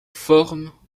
forment